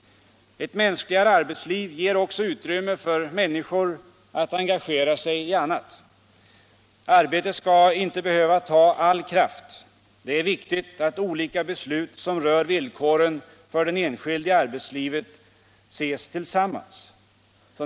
Ett mänskligare arbetsliv ger också utrymme för människor att engagera sig i annat. Arbetet skall inte behöva ta all kraft. Det är viktigt att olika beslut som rör villkoren för den enskilde i arbetslivet ses tillsammans.